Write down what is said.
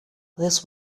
this